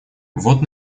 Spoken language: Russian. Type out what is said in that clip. вот